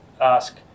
ask